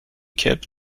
kept